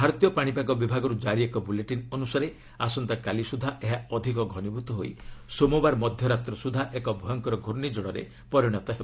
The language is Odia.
ଭାରତୀୟ ପାଣିପାଗ ବିଭାଗରୁ ଜାରି ଏକ ବୁଲେଟିନ୍ ଅନୁସାରେ ଆସନ୍ତାକାଲି ସୁଦ୍ଧା ଏହା ଅଧିକ ଘନିଭୂତ ହୋଇ ସୋମବାର ମଧ୍ୟରାତ୍ର ସ୍ୱଦ୍ଧା ଏକ ଭୟଙ୍କର ଘର୍ଷିଝଡ଼ରେ ପରିଣତ ହେବ